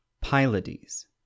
Pylades